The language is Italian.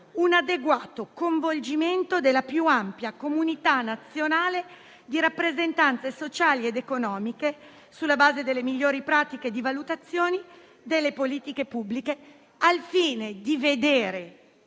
un adeguato coinvolgimento della più ampia comunità nazionale di rappresentanze sociali ed economiche, sulla base delle migliori pratiche di valutazioni delle politiche pubbliche, al fine di vedere